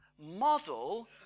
model